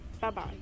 bye-bye